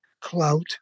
clout